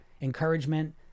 encouragement